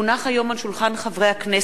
כי הונחו היום על שולחן הכנסת,